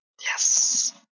Yes